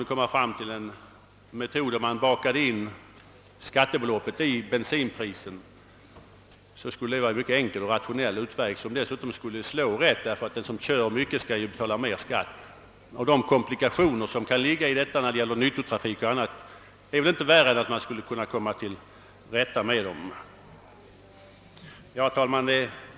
En metod varigenom skattebeloppet inräknades i bensinpriset skulle vara en mycket enkel och rationell ordning som dessutom vore rättvis; den som kör mycket fick då betala mer skatt. De komplikationer som skulle kunna bli följden när det gäller nyttotrafiken och en del annan trafik är väl inte värre än att man kunde klara av dem. Herr talman!